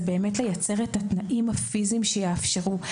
זה לייצר את התנאים הפיזיים שיאפשרו.